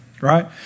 right